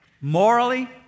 morally